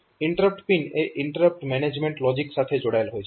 interrupt pin એ interrupt management logic સાથે જોડાયેલ હોય છે